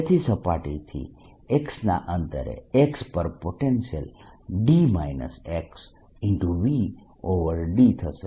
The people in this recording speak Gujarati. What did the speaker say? તેથી સપાટીથી x ના અંતરે x પર પોટેન્શિયલ Vdથશે